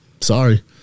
Sorry